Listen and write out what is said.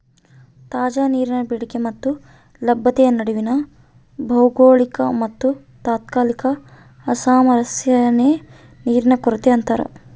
ತಾಜಾ ನೀರಿನ ಬೇಡಿಕೆ ಮತ್ತೆ ಲಭ್ಯತೆಯ ನಡುವಿನ ಭೌಗೋಳಿಕ ಮತ್ತುತಾತ್ಕಾಲಿಕ ಅಸಾಮರಸ್ಯನೇ ನೀರಿನ ಕೊರತೆ ಅಂತಾರ